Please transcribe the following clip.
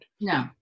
no